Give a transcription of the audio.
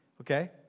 okay